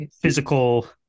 physical